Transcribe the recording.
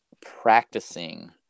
practicing